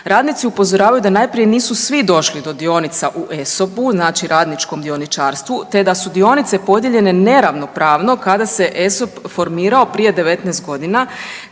Radnici upozoravaju da najprije nisu svi došli do dionica u ESOP-u, znači radničkom dioničarstvu te da su dionice podijeljene neravnopravno kada se ESOP formirao prije 19 godina